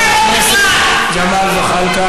חבר הכנסת זחאלקה,